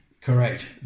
Correct